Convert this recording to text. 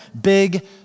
big